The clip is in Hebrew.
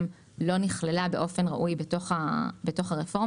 לא נכללה באופן ראוי בתוך הרפורמה.